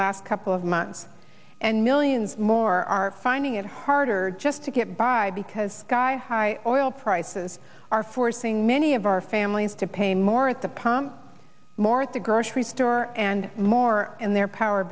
last couple of months and millions more are finding it harder just to get by because sky high oil prices are forcing many of our families to pay more at the pump more at the grocery store and more in their power